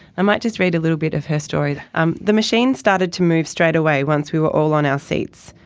i might just read a little bit of her story um the machine started to move straight away once we were all on our seats.